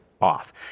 Off